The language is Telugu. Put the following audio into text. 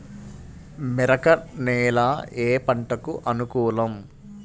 మెరక నేల ఏ పంటకు అనుకూలం?